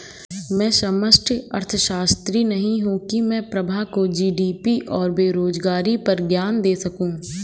मैं समष्टि अर्थशास्त्री नहीं हूं की मैं प्रभा को जी.डी.पी और बेरोजगारी पर ज्ञान दे सकूं